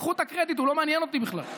קחו את הקרדיט, הוא לא מעניין אותי בכלל.